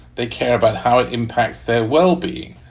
they care about how it impacts their well-being.